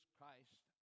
Christ